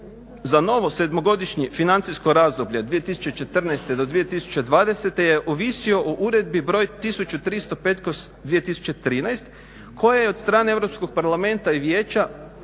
za novo 7-godišnje financijsko razdoblje 2014.-2020. je ovisio o Uredbi br. 1305/2013 koja je od strane Europskog parlamenta i Vijeća